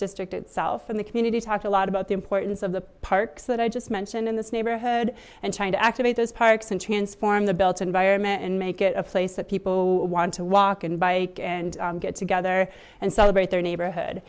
district itself and the community talked a lot about the importance of the parks that i just mentioned in this neighborhood and trying to activate those parks and transform the built environment and make it a place that people want to walk and bike and get together and celebrate their neighborhood